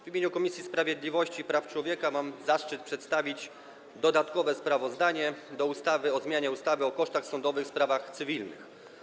W imieniu Komisji Sprawiedliwości i Praw Człowieka mam zaszczyt przedstawić dodatkowe sprawozdanie dotyczące ustawy o zmianie ustawy o kosztach sądowych w sprawach cywilnych.